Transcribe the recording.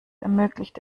ermöglicht